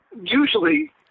usually